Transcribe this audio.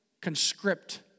conscript